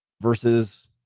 versus